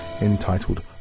entitled